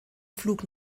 flug